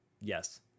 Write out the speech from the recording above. yes